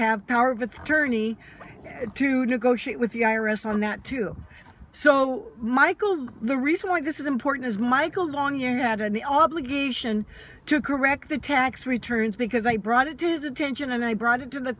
have power of attorney to negotiate with the i r s on that too so michael the reason why this is important is michael long and had an obligation to correct the tax returns because i brought it is attention and i brought it to the